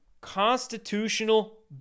constitutional